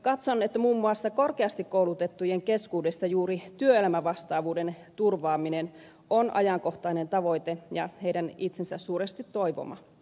katson että muun muassa korkeasti koulutettujen keskuudessa juuri työelämävastaavuuden turvaaminen on ajankohtainen tavoite ja heidän itsensä suuresti toivoma